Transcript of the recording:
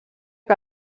que